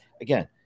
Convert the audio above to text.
again